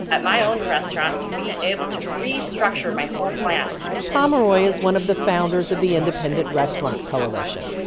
at my own restaurant, to be able to restructure my whole plan pomeroy is one of the founders of the independent restaurant coalition,